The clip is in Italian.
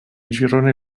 girone